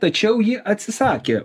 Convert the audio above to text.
tačiau ji atsisakė